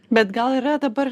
bet gal yra dabar